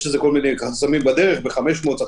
יש כל מיני חסמים בדרך ב-500 צריך